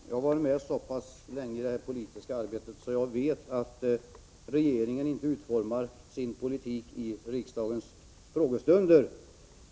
Herr talman! Jag har varit med i det politiska arbetet så pass länge att jag vet att regeringen inte utformar sin politik i riksdagens frågestunder.